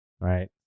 right